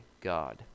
God